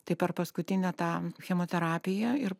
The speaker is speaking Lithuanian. tai per paskutinę tą chemoterapiją ir